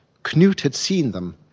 knut had seen them,